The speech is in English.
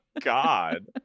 god